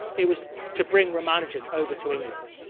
it was to bring ramanujan over to england.